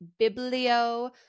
Biblio